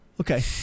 Okay